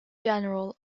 general